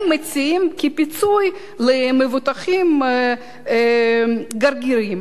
הם מציעים כפיצוי למבוטחים גרגירים.